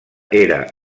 era